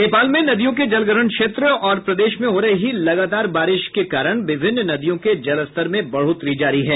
नेपाल में नदियों के जल ग्रहण क्षेत्र और प्रदेश में हो रही लगातार बारिश के कारण विभिन्न नदियों के जलस्तर में बढ़ोतरी जारी है